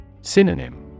Synonym